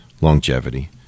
longevity